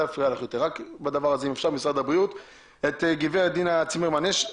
את גברת דינה צימרמן ממשרד הבריאות.